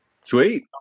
Sweet